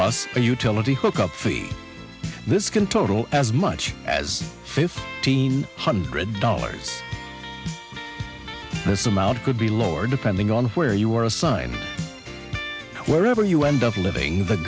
plus a utility hook up feed this can total as much as face team hundred dollars this amount could be lower depending on where you are assigned wherever you end up living the